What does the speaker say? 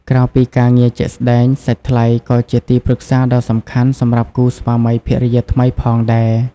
ក្រៅពីការងារជាក់ស្ដែង សាច់ថ្លៃក៏ជា ទីប្រឹក្សាដ៏សំខាន់ សម្រាប់គូស្វាមីភរិយាថ្មីផងដែរ។